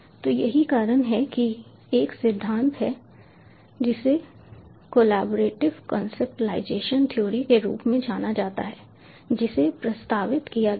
तो यही कारण है कि एक सिद्धांत है जिसे कोलैबोरेटिव कॉन्सेप्ट्लाइजेशन थ्योरी के रूप में जाना जाता है जिसे प्रस्तावित किया गया था